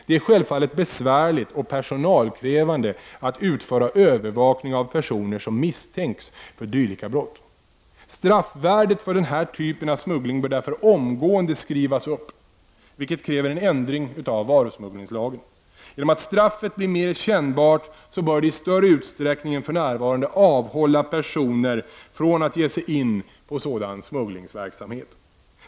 Det är självfallet besvärligt och personalkrävande att utföra övervakning av personer som misstänks för dylika brott. Straffvärdet för den här typen av smuggling bör därför omgående skrivas upp, vilket kräver en ändring av varusmugglingslagen. Genom att straffet blir mer kännbart bör det i större utsträckning än för närvarande avhålla personer från att ge sig in på sådan smugglingsverksamhet.